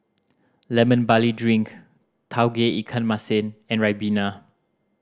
Lemon Barley Drink Tauge Ikan Masin and ribena